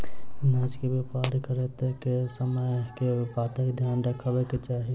अनाज केँ व्यापार करैत समय केँ बातक ध्यान रखबाक चाहि?